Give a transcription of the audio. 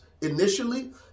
initially